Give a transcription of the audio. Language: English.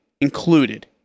included